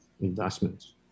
investments